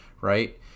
right